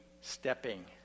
stepping